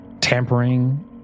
tampering